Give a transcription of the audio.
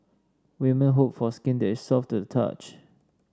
women hope for skin that is soft to the touch